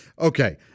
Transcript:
Okay